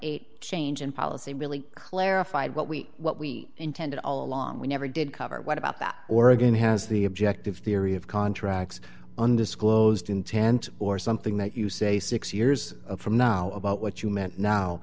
eight change in policy really clarified what we what we intended all along we never did cover what about that oregon has the objective theory of contracts undisclosed intent or something that you say six years from now about what you meant now